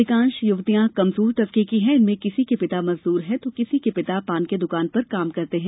अधिकांश युवतियां कमजोर तबके की है इनमें किसी के पिता मजदूर हैं तो किसी के पिता पान की द्कान पर काम करते है